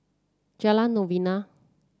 Jalan Novena